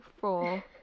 four